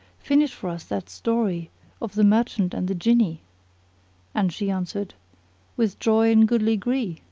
finish for us that story of the merchant and the jinni and she answered with joy and goodly gree,